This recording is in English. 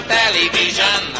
television